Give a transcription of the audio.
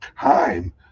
time